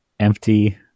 empty